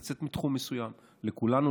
ולצאת מתחום מסוים לכולנו,